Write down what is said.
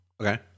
Okay